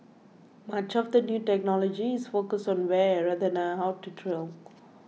much of the new technology is focused on where rather than how to drill